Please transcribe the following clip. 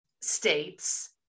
states